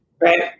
Right